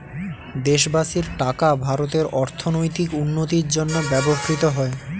দেশবাসীর টাকা ভারতের অর্থনৈতিক উন্নতির জন্য ব্যবহৃত হয়